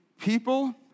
people